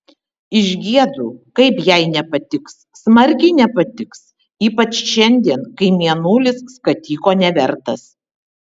išgiedu kaip jai nepatiks smarkiai nepatiks ypač šiandien kai mėnulis skatiko nevertas